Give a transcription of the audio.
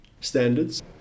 standards